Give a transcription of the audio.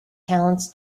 talents